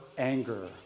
anger